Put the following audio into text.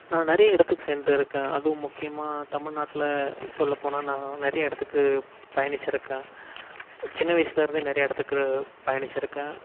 நான் நிறைய இடத்துக்கு சென்றுருக்கேன் அதுவும் முக்கியமாக தமிழ்நாட்ல சொல்லப்போனால் நான் நிறைய இடத்துக்கு பயணிச்சிருக்கேன் சின்ன வயசிலேருந்தே நிறைய இடத்துக்கு பயணிச்சிருக்கேன்